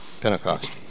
Pentecost